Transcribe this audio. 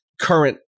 current